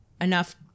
enough